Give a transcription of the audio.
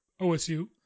OSU